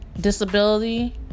disability